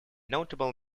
notable